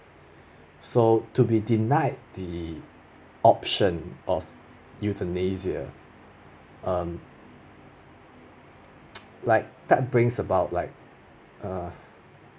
so to be denied the option of euthanasia um like that brings about like err